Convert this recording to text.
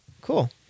Cool